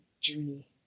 journey